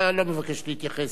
אתה לא מבקש להתייחס